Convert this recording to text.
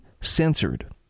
censored